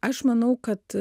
aš manau kad